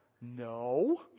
No